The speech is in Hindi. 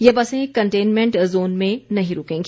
ये बसें कंटेनमेंट जोन में नहीं रूकेंगी